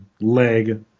leg